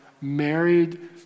married